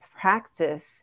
practice